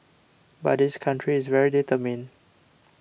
but this country is very determined